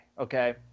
Okay